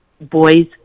boys